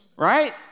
Right